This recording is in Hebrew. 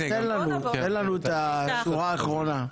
תן לנו את השורה האחרונה.